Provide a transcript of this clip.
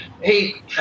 Hey